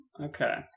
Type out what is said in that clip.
Okay